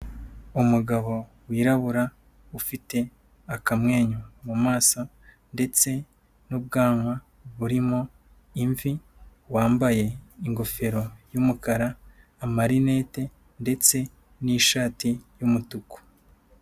Umugabo wirabura, ufite akamwenyu mu maso ndetse n'ubwanwa burimo imvi, wambaye ingofero y'umukara, amarinete ndetse n'ishati y'umutuku.